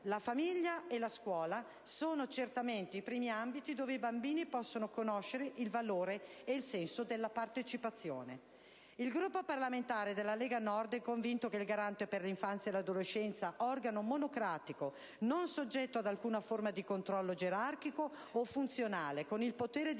La famiglia e la scuola sono certamente i primi ambiti in cui i bambini possono conoscere il valore e il senso della partecipazione. Il Gruppo parlamentare della Lega Nord è convinto che il Garante per l'infanzia e l'adolescenza, organo monocratico, non soggetto ad alcuna forma di controllo gerarchico o funzionale, con il potere di